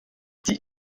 die